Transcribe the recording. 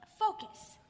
Focus